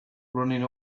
running